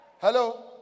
Hello